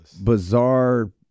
bizarre